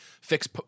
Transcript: fix